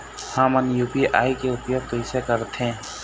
हमन यू.पी.आई के उपयोग कैसे करथें?